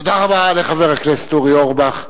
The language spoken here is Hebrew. תודה רבה לחבר הכנסת אורי אורבך.